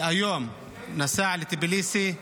היום לטביליסי בגיאורגיה,